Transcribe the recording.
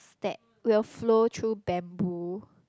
that will flow through bamboo